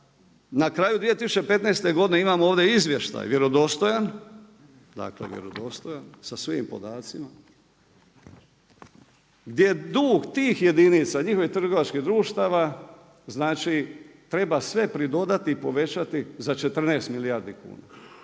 na kraju 2015. godine imam ovdje izvještaj vjerodostojan sa svim podacima gdje je dug tih jedinica i njihovih trgovačkih društava treba sve pridodati i povećati za 14 milijardi kuna.